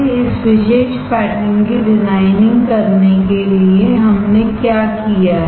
इस विशेष पैटर्न की डिजाइनिंग करने के लिए हमने क्या किया है